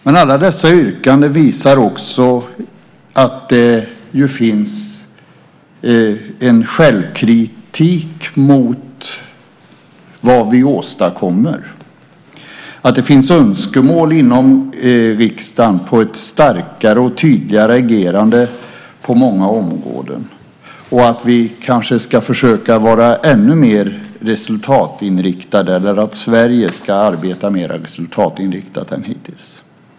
Men alla dessa yrkanden visar också att det finns en självkritik mot vad vi åstadkommer, att det finns önskemål inom riksdagen på ett starkare och tydligare agerande på många områden och att Sverige kanske ska försöka arbeta ännu mer resultatinriktat än hittills.